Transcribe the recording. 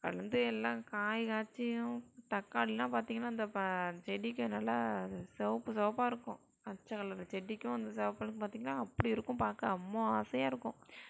அதுலேருந்து எல்லாம் காய்க்காச்சியும் தக்காளிலாம் பார்த்தீங்கன்னா அந்த செடிக்கு நல்லா சிவப்பு சிவப்பா இருக்கும் பச்சை கலரு செடிக்கும் அந்த சிவப்பு கலருக்கும் பார்த்தீங்கன்னா அப்படி இருக்கும் பார்க்க அம்மோ ஆசையாக இருக்கும்